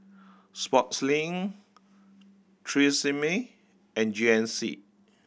Sportslink Tresemme and G N C